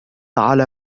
على